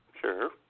Sure